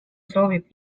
soovib